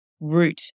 root